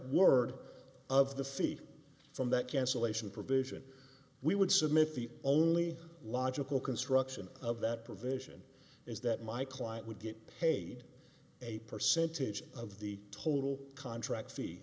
word of the feet from that cancellation provision we would submit the only logical construction of that provision is that my client would get paid a percentage of the total contract